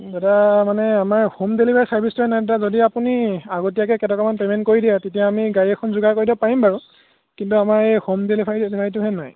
দাদা মানে আমাৰ হোম ডেলিভাৰী চাৰ্ভিছটো এনেই এতিয়া যদি আপুনি আগতীয়াকৈ কেইটকামান পে'মেণ্ট কৰি দিয়ে তেতিয়া আমি গাড়ী এখন যোগাৰ কৰি দিব পাৰিম বাৰু কিন্তু আমাৰ এই হ'ম ডেলিভাৰী সেইটোহে নাই